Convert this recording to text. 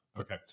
Okay